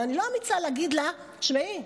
אבל אני לא אמיצה להגיד לה: תשמעי,